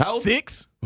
Six